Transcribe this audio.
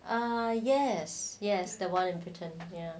uh yes yes the [one] in britain